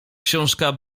książka